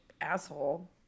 asshole